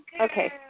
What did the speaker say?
Okay